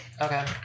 Okay